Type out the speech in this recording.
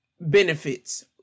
benefits